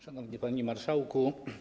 Szanowny Panie Marszałku!